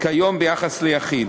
כיום ביחס ליחיד,